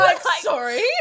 sorry